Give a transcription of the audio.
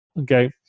Okay